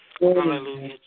Hallelujah